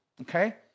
Okay